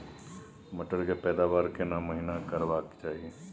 मटर के पैदावार केना महिना करबा के चाही?